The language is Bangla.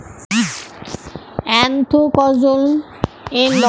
এ্যানথ্রাকনোজ এর লক্ষণ গুলো কি কি?